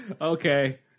Okay